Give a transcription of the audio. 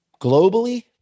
Globally